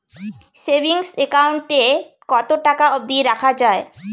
Savings account এ কতো টাকা অব্দি রাখা যায়?